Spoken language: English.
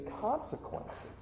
consequences